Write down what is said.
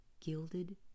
gilded